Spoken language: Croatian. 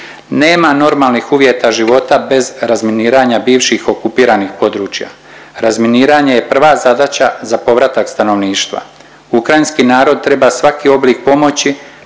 Nema normalnih uvjeta života bez razminiranja bivših okupiranih područja. Razminiranje je prva zadaća za povratak stanovništva. Ukrajinski narod treba svaki oblik pomoći,